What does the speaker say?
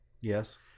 Yes